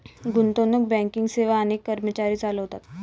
गुंतवणूक बँकिंग सेवा अनेक कर्मचारी चालवतात